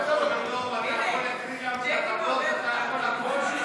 חברי הכנסת, הסתייגות מס'